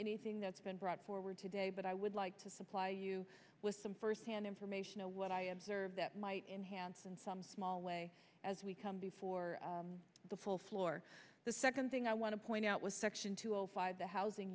anything that's been brought forward today but i would like to supply you with some firsthand information what i observe that might enhance in some small way as we come before the full floor the second thing i want to point out was section two zero five the housing